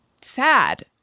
sad